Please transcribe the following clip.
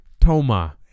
Toma